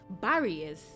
barriers